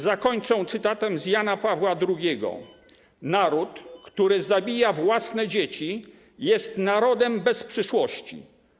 Zakończę cytatem z Jana Pawła II: Naród, który zabija własne dzieci, jest narodem bez przyszłości.